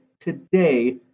today